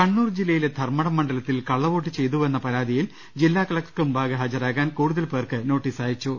കണ്ണൂർ ജില്ലയിലെ ധർമ്മടം മണ്ഡലത്തിൽ കള്ള വോട്ട് ചെയ്തുവെന്ന പരാതിയിൽ ജില്ലാകലക്ടർക്ക് മുമ്പാകെ ഹാജരാകാൻ കൂടുതൽ പേർക്ക് നോട്ടീസയ ച്ചു